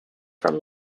from